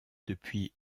depuis